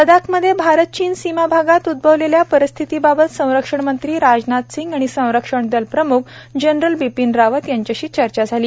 लद्दाखमधे भारत चीन सीमाभागात उद्भवलेल्या परिस्थितीबाबत संरक्षणमंत्री राजनाथ सिंग यांनी संरक्षण दल प्रम्ख जनरल बिपिन रावत यांच्याशी चर्चा केली